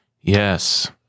Yes